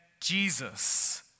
Jesus